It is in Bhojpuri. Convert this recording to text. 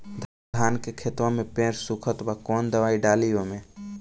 धान के खेतवा मे पेड़ सुखत बा कवन दवाई डाली ओमे?